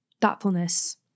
thoughtfulness